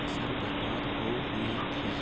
फसल बर्बाद हो हुई थी